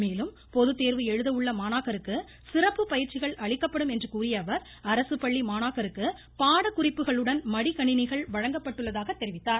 மேலும் பொதுத்தோ்வு எழுத உள்ள மாணாக்கருக்கு சிறப்பு பயிற்சிகள் அளிக்கப்படும் என்று கூறிய அவர் அரசுப்பள்ளி மாணாக்கருக்கு பாடக் குறிப்புகளுடன் மடிக்கணிணிகள் வழங்கப்பட்டுள்ளதாக தெரிவித்தார்